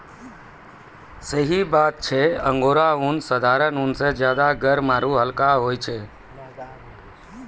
angora ऊन साधारण ऊन स ज्यादा गर्म आरू हल्का होय छै